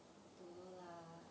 don't know lah